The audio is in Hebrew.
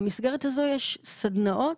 במסגרת הזו יש סדנאות,